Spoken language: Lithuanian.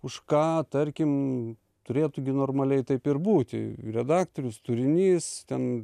už ką tarkim turėtų gi normaliai taip ir būti redaktorius turinys ten